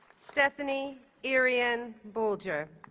stephanie irion boulger